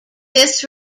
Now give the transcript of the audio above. this